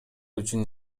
үчүн